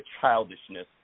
childishness